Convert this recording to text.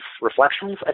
Reflections